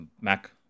Mac